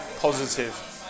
positive